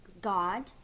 God